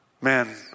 Man